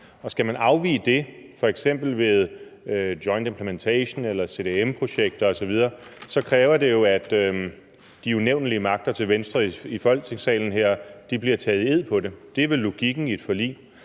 og skal man afvige fra det, f.eks. ved joint implementation eller CDM-projekter osv., så kræver det jo, at de unævnelige magter til venstre i Folketingssalen her bliver taget i ed på det. Det er vel logikken i et forlig,